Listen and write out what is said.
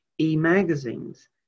e-magazines